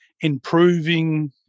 improving